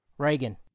Reagan